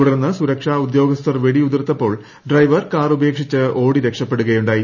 തുടർന്ന് സുരക്ഷാ ഉദ്യോഗസ്ഥർ വെടിയുതിർത്തപ്പോൾ ഡ്രൈവർ കാർ ഉപേക്ഷിച്ച് ഓടി രക്ഷപ്പെടുകയുണ്ടായി